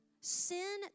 sin